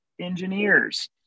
engineers